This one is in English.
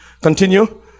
Continue